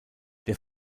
der